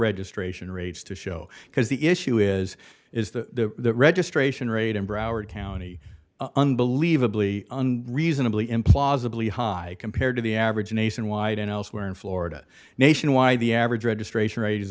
registration rates to show because the issue is is the registration rate in broward county unbelievably reasonably implausibly high compared to the average nationwide and elsewhere in florida nationwide the average registration rate is